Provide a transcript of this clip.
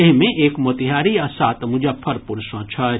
एहि मे एक मोतिहारी आ सात मुजफ्फरपुर सॅ छथि